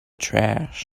trash